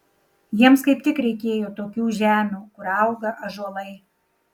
jiems kaip tik reikėjo tokių žemių kur auga ąžuolai